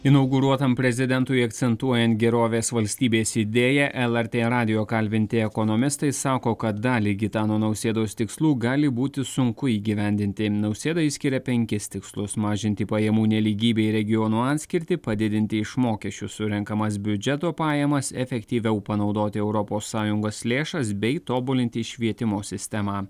inauguruotam prezidentui akcentuojant gerovės valstybės idėją lrt radijo kalbinti ekonomistai sako kad dalį gitano nausėdos tikslų gali būti sunku įgyvendinti nausėda išskiria penkis tikslus mažinti pajamų nelygybė ir regionų atskirtį padidinti iš mokesčių surenkamas biudžeto pajamas efektyviau panaudoti europos sąjungos lėšas bei tobulinti švietimo sistemą